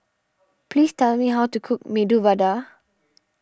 please tell me how to cook Medu Vada